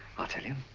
tell you,